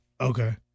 Okay